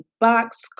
Box